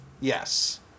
Yes